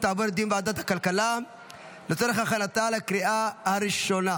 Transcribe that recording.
הכלכלה לצורך הכנתה לקריאה הראשונה.